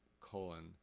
colon